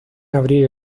abrir